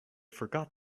forgot